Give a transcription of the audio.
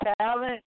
talent